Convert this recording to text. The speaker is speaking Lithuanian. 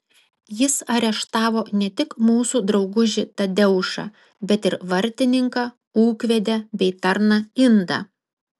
jis areštavo ne tik mūsų draugužį tadeušą bet ir vartininką ūkvedę bei tarną indą